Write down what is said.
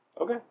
okay